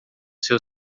seu